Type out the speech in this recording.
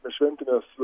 per šventines